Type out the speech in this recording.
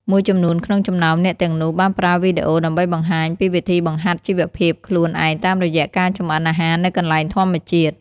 មួយចំនួនក្នុងចំណោមអ្នកទាំងនោះបានប្រើវីដេអូដើម្បីបង្ហាញពីវិធីបង្ហាត់ជីវភាពខ្លួនឯងតាមរយៈការចម្អិនអាហារនៅកន្លែងធម្មជាតិ។